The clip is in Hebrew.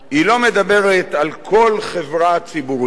היא לא מדברת על כל חברה ציבורית,